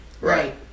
Right